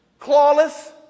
clawless